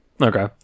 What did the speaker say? Okay